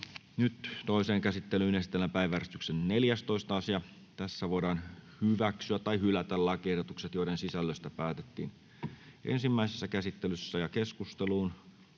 Toiseen käsittelyyn esitellään päiväjärjestyksen 10. asia. Nyt voidaan hyväksyä tai hylätä lakiehdotukset, joiden sisällöstä päätettiin ensimmäisessä käsittelyssä. 1. lakiehdotus